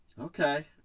Okay